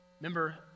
Remember